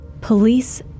Police